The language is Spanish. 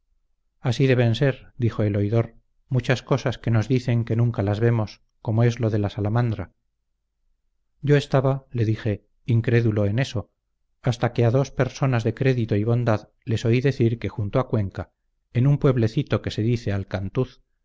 así deben ser dijo el oidor muchas cosas que nos dicen que nunca las vemos como es lo de la salamandra yo estaba le dije incrédulo en eso hasta que a dos personas de crédito y bondad les oí decir que junto a cuenca en un pueblecito que se dice alcantuz